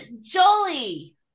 Jolie